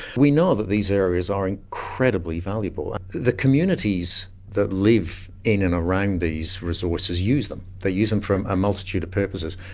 we know that these areas are incredibly valuable. the communities that live in and around these resources use them, they use them for a multitude of purposes,